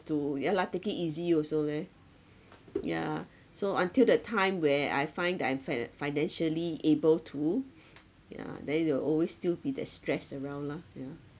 to ya lah take it easy also leh yeah so until the time where I find that I'm finan~ financially able to yeah then there will always still be that stress around lah yeah